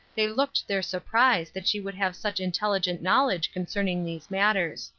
they looked their surprise that she should have such intelligent knowledge concerning these matters.